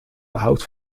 behoud